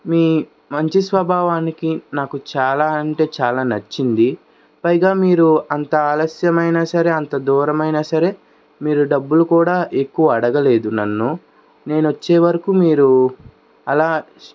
మీ మంచి స్వభావానికి నాకు చాలా అంటే చాలా నచ్చింది పైగా మీరు అంత ఆలస్యమైన సరే అంత దూరమైన సరే మీరు డబ్బులు కూడా ఎక్కువ అడగలేదు నన్ను నేను వచ్చే వరకు మీరు అలా